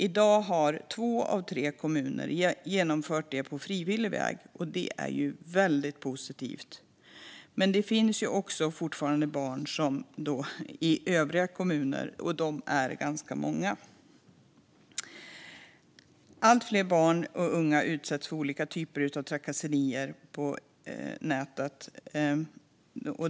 I dag har två av tre kommuner genomfört det på frivillig väg, och det är väldigt positivt. Men det finns fortfarande barn i övriga kommuner, och de är ganska många. Allt fler barn och unga utsätts för olika typer av trakasserier på nätet.